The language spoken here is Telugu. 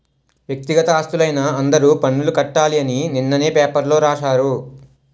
వ్యక్తిగత ఆస్తులైన అందరూ పన్నులు కట్టాలి అని నిన్ననే పేపర్లో రాశారు